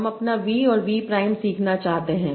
हम अपना V और V प्राइम सीखना चाहते हैं